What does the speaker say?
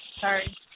Sorry